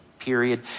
period